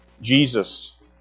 Jesus